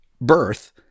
birth